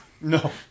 No